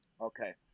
Okay